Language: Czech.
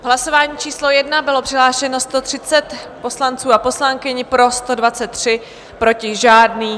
Hlasování číslo 1, bylo přihlášeno 130 poslanců a poslankyň, pro 123, proti žádný.